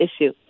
issue